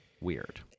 weird